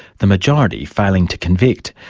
the majority failing to convict.